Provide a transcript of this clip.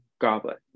goblet